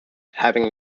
having